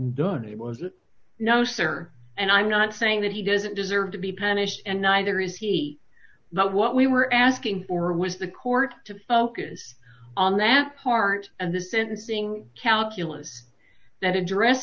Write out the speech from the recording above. done it was a no sir and i'm not saying that he doesn't deserve to be punished and neither is he but what we were asking for was the court to focus on that part of the sentencing calculus that address